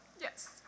Yes